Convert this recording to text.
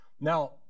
Now